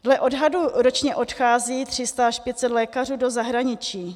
Dle odhadu ročně odchází 300 až 500 lékařů do zahraničí.